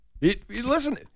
Listen